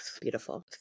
beautiful